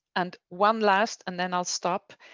and one last and then i'll stop